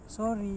sorry